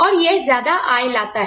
और यह ज्यादा आय लाता है